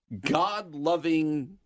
God-loving